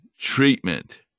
treatment